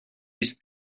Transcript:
است